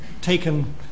taken